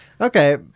okay